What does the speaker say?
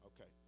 Okay